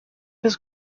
his